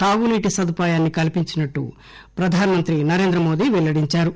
తాగునీటి సదుపాయాన్ని కల్పించినట్టు ప్రధానమంత్రి నరేంద్రమోదీ పెల్లడించారు